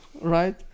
right